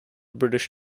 british